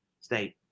State